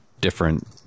different